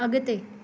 अॻिते